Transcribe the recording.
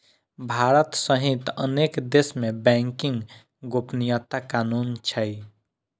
भारत सहित अनेक देश मे बैंकिंग गोपनीयता कानून छै